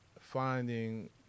finding